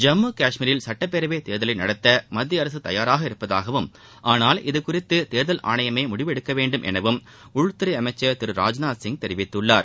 ஜம்மு கஷ்மீரில் சட்டப்பேரவை தேர்தலை நடத்த மத்திய அரசு தயாராக உள்ளதாகவும் ஆனால் இதுகுறித்து தேர்தல் ஆணையமே முடிவு எடுக்க வேண்டும் எனவும் உள்துறை அமைச்சர் திரு ராஜ்நாத் சிங் தெரிவித்துள்ளார்